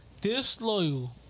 Disloyal